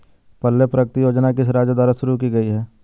पल्ले प्रगति योजना किस राज्य द्वारा शुरू की गई है?